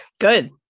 Good